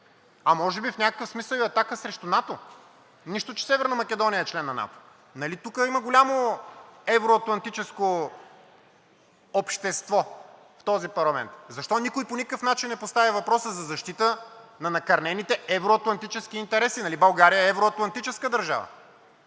а може би, в някакъв смисъл и атака срещу НАТО, нищо че Северна Македония е член на НАТО. Нали тук има голямо евро-атлантическо общество в този парламент защо никой по никакъв начин не постави въпроса за защита на накърнените евро-атлантически интереси? Нали България е евро-атлантическа държава